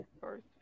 First